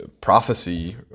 prophecy